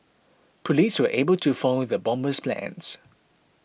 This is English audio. police were able to foil the bomber's plans